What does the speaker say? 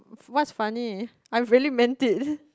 what's funny I really meant it